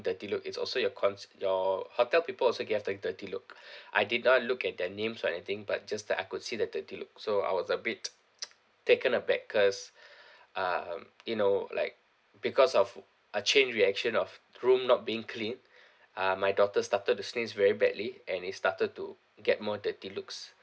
dirty look it's also your cons~ your hotel people also give us like dirty look I did not look at their names or anything but just that I could see the dirty look so I was a bit taken aback cause uh you know like because of a chain reaction of room not being clean uh my daughter started to sneeze very badly and is started to get more dirty looks